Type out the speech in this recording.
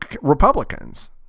Republicans